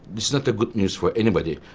this is not good news for anybody.